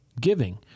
giving—